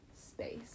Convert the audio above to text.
space